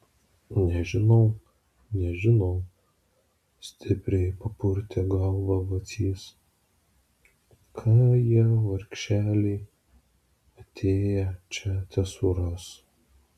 nežinau nežinau stipriai papurtė galvą vacys ką jie vargšeliai atėję čia tesuras